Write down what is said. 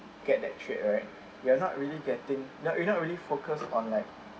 get that trade right you're not really getting you're not really focus on like